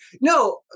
No